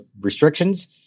restrictions